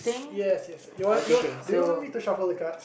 yes yes yes yes you want do you want me to shuffle the cards